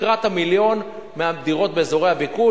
תקרת המיליון מהדירות באזורי הביקוש.